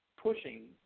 pushing